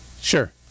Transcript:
sure